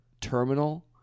terminal